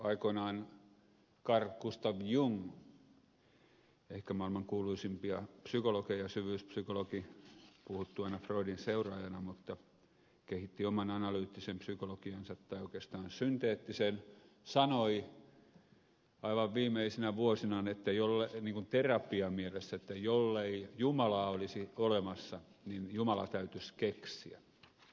aikoinaan carl gustav jung ehkä maailman kuuluisimpia psykologeja syvyyspsykologi puhuttu aina freudin seuraajana mutta kehitti oman analyyttisen psykologiansa tai oikeastaan synteettisen sanoi aivan viimeisinä vuosinaan ihan terapiamielessä että jollei jumalaa olisi olemassa niin jumala täytyisi keksiä